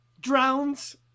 drowns